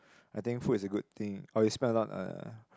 I think food is a good thing orh you spend a lot uh